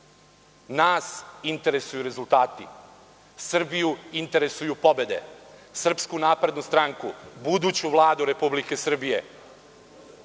Nas interesuju rezultati. Srbiju interesuju pobede. Srpsku naprednu stranku, buduću Vladu Republike Srbije